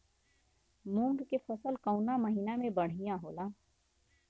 मुँग के फसल कउना महिना में बढ़ियां होला?